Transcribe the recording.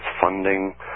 funding